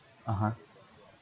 (uh huh)